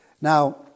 Now